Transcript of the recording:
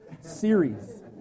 Series